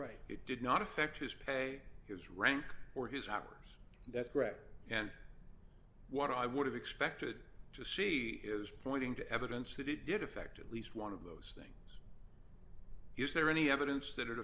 right it did not affect his pay his rank or his hours that's correct and what i would have expected to see is pointing to evidence that it did affect at least one of those things is there any evidence that it